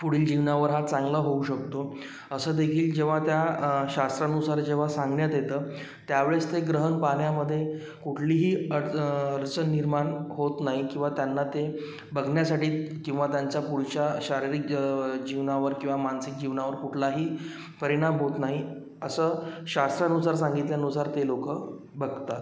पुढील जीवनावर हा चांगला होऊ शकतो असं देखील जेव्हा त्या शास्त्रानुसार जेव्हा सांगण्यात येतं त्यावेळेस ते ग्रहण पाहण्यामधे कुठलीही अड अडचण निर्माण होत नाही किंवा त्यांना ते बघण्यासाठी किंवा त्यांच्या पुढच्या शारीरिक जीवनावर किंवा मानसिक जीवनावर कुठलाही परिणाम होत नाही असं शास्त्रानुसार सांगिल्यानुसार ते लोक बघतात